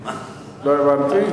לא הבנתי.